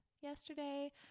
yesterday